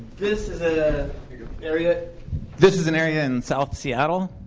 this is a area this is an area in south seattle.